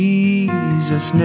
Jesus